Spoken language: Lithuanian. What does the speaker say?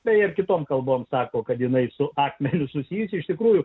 tai ar kitom kalbom sako kad jinai su akmeniu susijusi iš tikrųjų